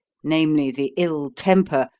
namely, the ill temper,